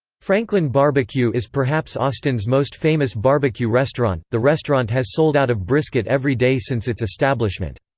franklin barbecue is perhaps austin's most famous barbecue restaurant the restaurant has sold out of brisket every day since its establishment.